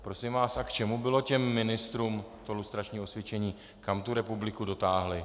Prosím vás a k čemu bylo těm ministrům lustrační osvědčení, kam tu republiku dotáhli?